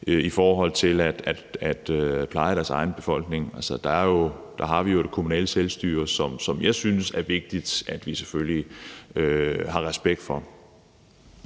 i forhold til at pleje deres egen befolkning. Der har vi jo kommunalt selvstyre, som jeg synes det er vigtigt at vi selvfølgelig har respekt for.